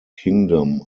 kingdom